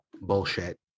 bullshit